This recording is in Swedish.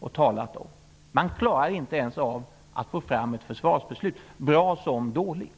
och talat om. Man klarade inte ens av att få fram ett försvarsbeslut, varken ett bra eller ett dåligt.